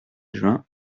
juin